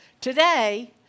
Today